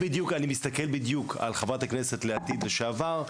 אני מסתכל בדיוק על חברת הכנסת לעתיד לשעבר,